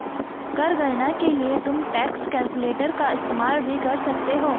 कर गणना के लिए तुम टैक्स कैलकुलेटर का इस्तेमाल भी कर सकते हो